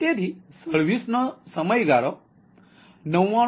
તેથી સર્વિસનો સમયગાળો 99